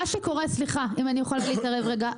סליחה, אם אני יכולה להתערב רגע.